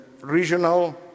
regional